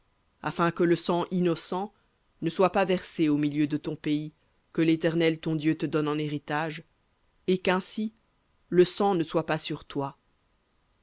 afin que le sang innocent ne soit pas versé au milieu de ton pays que l'éternel ton dieu te donne en héritage et qu'ainsi le sang ne soit pas sur toi